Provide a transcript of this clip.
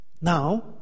Now